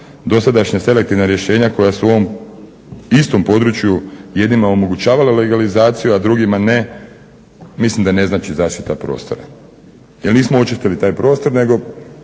Dosadašnja selektivna rješenja koja su u ovom istom području jednima omogućavala legalizaciju, a drugima ne mislim da ne znači zaštita prostora. Jer nismo očistili taj prostor nego